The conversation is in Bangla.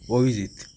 অভিজিত